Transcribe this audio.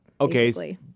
Okay